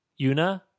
Yuna